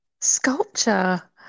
sculpture